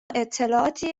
اطلاعاتی